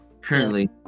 currently